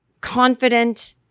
confident